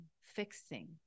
fixing